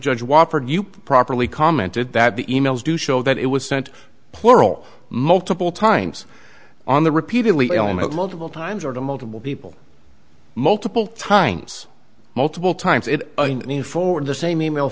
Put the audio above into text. judge wofford you properly commented that the emails do show that it was sent plural multiple times on the repeatedly element multiple times or to multiple people multiple times multiple times it mean for the same e mail